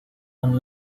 and